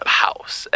house